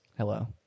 Hello